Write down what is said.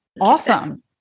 Awesome